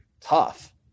tough